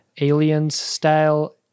Aliens-style